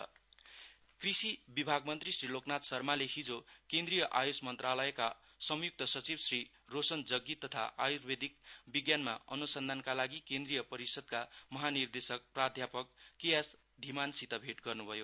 LN Sharma Ayush meeting कृषि विभाग मन्त्री श्री लोकनाथ शर्माले हिजो केन्द्रिय आयुष मन्त्रालयका संयुक्त सचिव श्री रोशन जग्गी तथा आयुर्वेदिक विज्ञान अनुसन्धानका लागि केन्द्रिय परिषदका महाँ निर्देशक प्राध्यापक के एस धिमानसित भेट गर्नुभयो